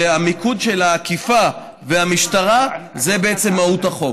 המיקוד של האכיפה והמשטרה, זו בעצם מהות החוק.